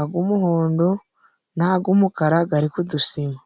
ag'umuhondo n'ag'umukara gari ku dusima.